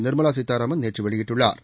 நிா்மலா சீதாராமன் நேற்று வெளியிட்டுள்ளாா